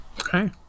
Okay